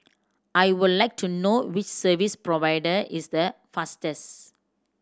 I would like to know which service provider is the fastest